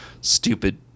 stupid